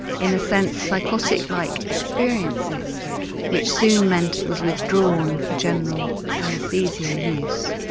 in a sense psychotic-like experiences which soon meant it was withdrawn for general anaesthesia use.